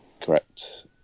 Correct